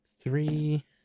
three